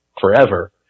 forever